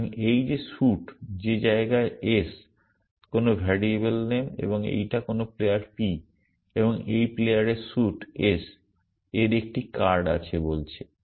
সুতরাং এই যে স্যুট যে জায়গায় s কোনো ভ্যারিয়েবল নাম এবং এইটা কোনো প্লেয়ার p এবং এই প্লেয়ারের স্যুট s এর একটি কার্ড আছে বলছে